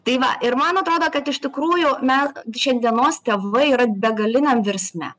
tai va ir man atrodo kad iš tikrųjų mes šiandienos tėvai yra begaliniam virsme